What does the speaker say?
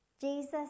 Jesus